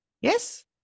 Yes